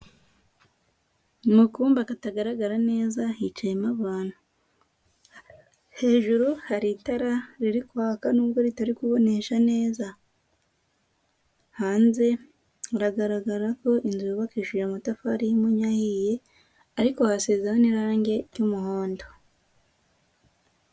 mba katagaragara hicayemo hejuru hari ita riri kwaka nubwo ritari kubonesha neza hanze hagaragara ko inzu yubakishije amatafari munyahiye ariko hasiho n'irangi ry'umuhondo